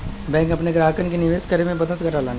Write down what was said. bank अपने ग्राहकन के निवेश करे में मदद करलन